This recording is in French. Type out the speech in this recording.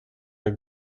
des